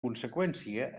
conseqüència